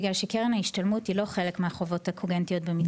בגלל שקרן ההשתלמות היא לא חלק מהחובות הקוגנטיות.